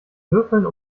würfeln